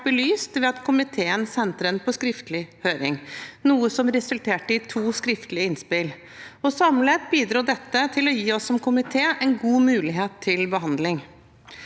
vært belyst ved at komiteen sendte den på skriftlig høring, noe som resulterte i to skriftlige innspill. Samlet bidro dette til å gi oss som komité en god mulighet til behandling.